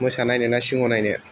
मोसा नायनो ना सिंह नायनो